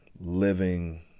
living